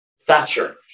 Thatcher